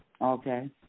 Okay